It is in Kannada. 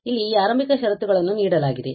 ಇಲ್ಲಿ ಈ ಆರಂಭಿಕ ಷರತ್ತುಗಳನ್ನು ನೀಡಲಾಗಿದೆ